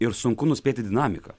ir sunku nuspėti dinamiką